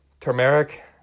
Turmeric